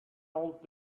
old